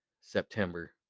September